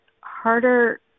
harder